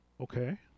Okay